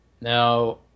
Now